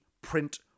print